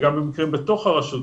גם במקרים בתוך הרשות,